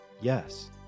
Yes